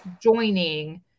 joining